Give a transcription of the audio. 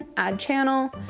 add channel.